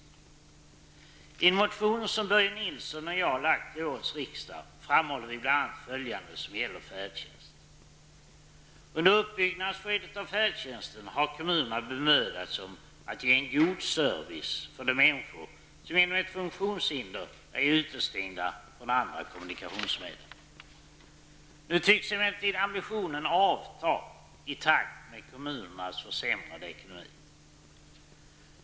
I en motion som Börje Nilsson och jag har väckt till årets riksdag framhåller vi bl.a. följande som gäller färdtjänst. Under uppbyggnadsskedet av färdtjänsten har kommunerna bemödat sig om att ge en god service för de människor som genom ett funktionshinder är utestängda från andra kommunikationsmedel. Nu tycks emellertid ambitionen avta i takt med kommuneras försämrade ekonomi.